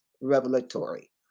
Revelatory